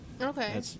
Okay